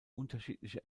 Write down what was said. unterschiedliche